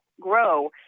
grow